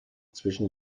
zwischen